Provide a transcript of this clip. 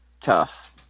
tough